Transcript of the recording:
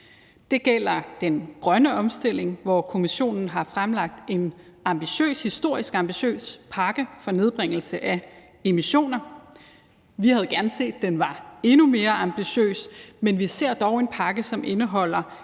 Det gælder den grønne omstilling, hvor Kommissionen har fremlagt en historisk ambitiøs pakke for nedbringelse af emissioner. Vi havde gerne set, at den var endnu mere ambitiøs, men vi ser dog en pakke, som indeholder